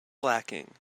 lacking